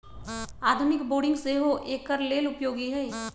आधुनिक बोरिंग सेहो एकर लेल उपयोगी है